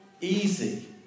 easy